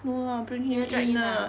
no lah bring him in ah